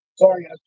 Sorry